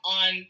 on